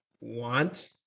Want